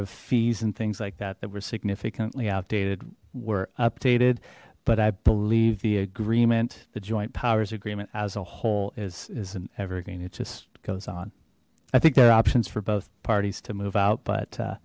of fees and things like that that were significantly outdated were updated but i believe the agreement the joint powers agreement as a whole isn't everything it just goes on i think there are options for both parties to move out but